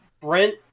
Brent